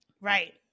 Right